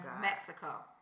Mexico